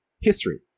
history